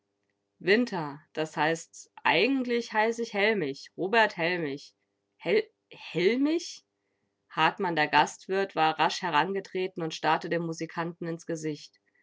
winter das heißt eigentlich heiß ich hellmich robert hellmich hell hellmich hartmann der gastwirt war rasch herangetreten und starrte dem musikanten ins gesicht